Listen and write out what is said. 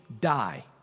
die